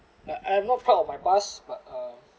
like I'm not proud of my past but uh